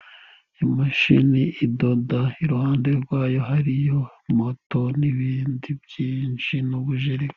Imashini idoda, iruhande rwayo hariyo moto n'ibindi byinshi n'ubujerekani.